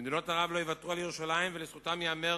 מדינות ערב לא יוותרו על ירושלים, ולזכותן ייאמר